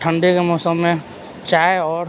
ٹھنڈی کے موسم میں چائے اور